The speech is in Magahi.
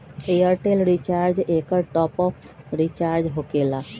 ऐयरटेल रिचार्ज एकर टॉप ऑफ़ रिचार्ज होकेला?